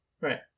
right